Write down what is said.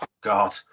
God